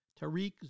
Tariq